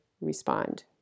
respond